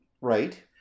Right